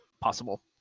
possible